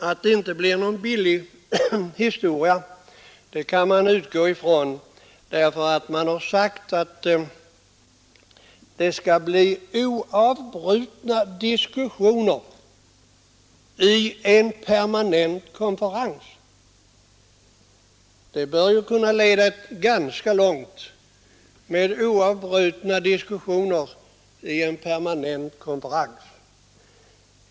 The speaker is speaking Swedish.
Att det inte blir någon billig historia kan man utgå ifrån, eftersom det har sagts att det skall bli ”oavbrutna diskussioner i en permanent konferens”. Det bör kunna leda ganska långt med ”oavbrutna diskussioner i en permanent konferens”.